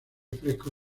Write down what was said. fresco